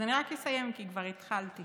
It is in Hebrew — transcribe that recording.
רק אסיים, כי כבר התחלתי.